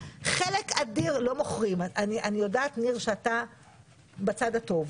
אני יודעת שאתה בצד הטוב,